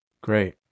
Great